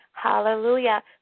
Hallelujah